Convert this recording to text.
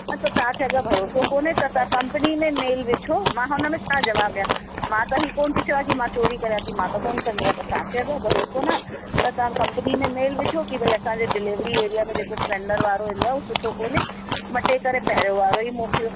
न त तव्हांखे अगरि भरोसो कोन्हे त तव्हां कंपनी में मेल विझो मां हुन में छा जवाबु ॾियां मां त ही कोन थी चवां की मां चोरी करियां थी मां त कोन कंदी आहियां त तव्हांखे अगरि भरोसो नाहे त तव्हां कंपनी में मेल विझो की भई असांजे डिलेविरी एरिया में जेको सिलेंडर वारो ईंदो आहे उहो सुठो कोन्हे मटे करे पहिरियों वारो ई मोकिलियो